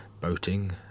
boating